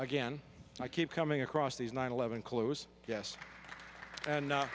again i keep coming across these nine eleven clues yes and